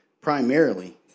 primarily